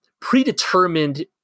predetermined